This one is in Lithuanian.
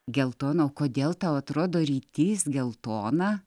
geltoną o kodėl tau atrodo rytys geltoną